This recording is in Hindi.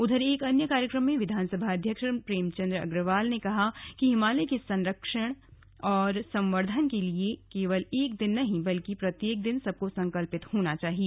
उधर एक अन्य कार्यक्रम में विधानसभा अध्यक्ष ने प्रेमचंद अग्रवाल ने कहा कि हिमालय के संरक्षण औक संवर्धन के लिए केवल एक दिन नहं बल्कि प्रत्येक दिन सबको संकल्पित होना चाहिए